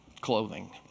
clothing